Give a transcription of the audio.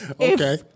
Okay